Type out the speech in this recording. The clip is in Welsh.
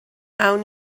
awn